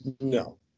No